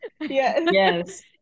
Yes